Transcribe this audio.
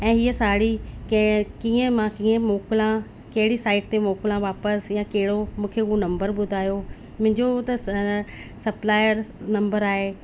ऐं हिअ साड़ी कें कीअं मां कीअं मोकिलियां कहिड़ी साइट ते मोकिलियां वापिसि या कहिड़ो मूंखे हुअ नम्बर ॿुधायो मुंहिंजो त सप्लायर नम्बर आहे